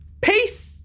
Peace